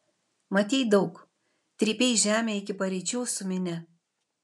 matei daug trypei žemę iki paryčių su minia